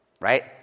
right